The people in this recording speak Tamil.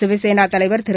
சிவசேனா தலைவர் திரு